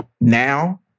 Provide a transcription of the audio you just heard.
now